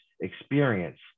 experience